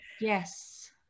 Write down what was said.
Yes